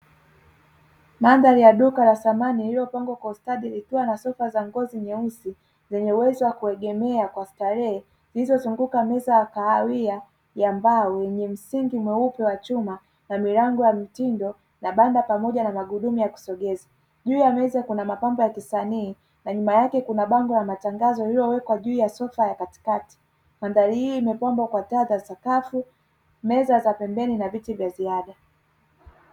Madhari ya duka la samani lililopangwa kwa ustadi likiwa na sofa za rangi nyeusi zenye uwezo wa kuegemea kwa starehe zilizozunguka meza ya kahawia ya mbao yenye msingi mweupe wa chuma na milango ya mitindo na banda pamoja na magurudumu ya kusogeza, juu ya meza kuna mapambo ya kisanii na nyuma yake kuna bango la matangazo lililowekwa juu ya sofa la katikati, mandhari hii imepambwa kwa taa za sakafu meza za pembeni na viti vya ziada.